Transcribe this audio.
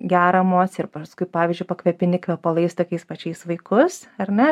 gerą emociją ir paskui pavyzdžiui pakvepini kvepalais tokiais pačiais vaikus ar ne